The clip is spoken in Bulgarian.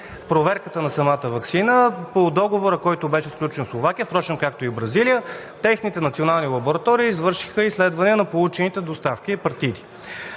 проверката на самата ваксина. По Договора, който беше сключен със Словакия, впрочем, както и Бразилия техните национални лаборатории извършиха изследване на получените доставки и партиди.